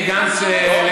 כסף קואליציוני